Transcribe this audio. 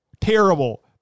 terrible